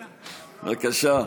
בבקשה,